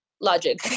logic